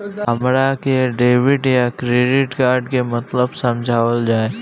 हमरा के डेबिट या क्रेडिट कार्ड के मतलब समझावल जाय?